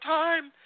time